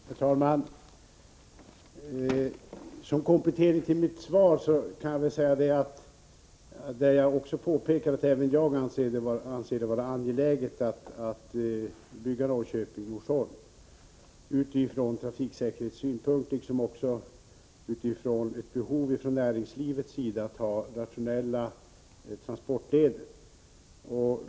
Herr talman! Som komplettering av mitt svar kan jag upprepa det jag påpekade, att även jag anser det vara angeläget att bygga om sträckan Norrköping-Norsholm, utifrån trafiksäkerhetssynpunkt liksom utifrån näringslivets behov av rationella transportleder.